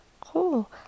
Cool